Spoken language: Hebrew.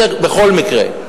זה בכל מקרה,